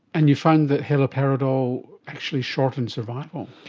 and you found that haloperidol actually shortened survival?